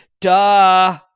Duh